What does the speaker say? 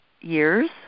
years